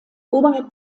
oberhalb